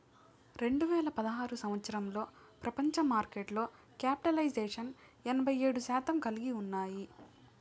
రెండు వేల పదహారు సంవచ్చరంలో ప్రపంచ మార్కెట్లో క్యాపిటలైజేషన్ ఎనభై ఏడు శాతం కలిగి ఉన్నాయి